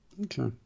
Okay